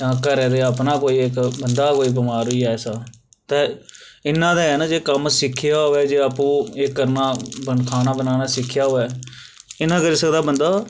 जां घरै दे अपना कोई इक बंदा गै कोई बमार होई जा कोई ऐसा ते इन्ना ते ऐ ना जे कम्म सिक्खे दा होऐ जे आपूं एह् करना खाना बनाना सिक्खेआ होऐ इन्ना करी सकदा बंदा